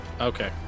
Okay